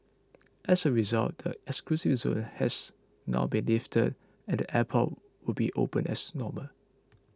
as a result the exclusion zone has now been lifted and the airport will be open as normal